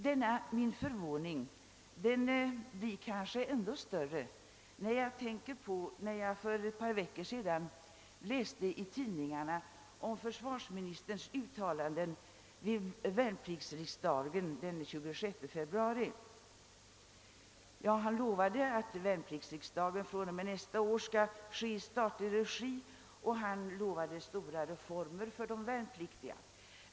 Denna min förvåning blir kanske ännu större när jag tänker på försvarsministerns uttalande vid värnpliktsriksdagen den 26 februari, som jag läste om i tidningarna. Han lovade att värnpliktsriksdagen från och med nästa år skall anordnas i statlig regi, och han lovade stora reformer för de värnpliktiga.